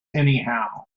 anyhow